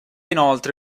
inoltre